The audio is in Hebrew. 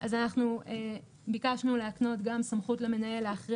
אז אנחנו ביקשנו להקנות גם סמכות למנהל להכריע